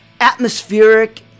atmospheric